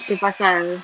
tu pasal